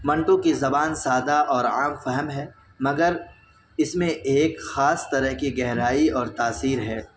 منٹو کی زبان سادہ اور عام فہم ہے مگر اس میں ایک خاص طرح کی گہرائی اور تاثیر ہے